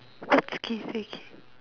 what's K C K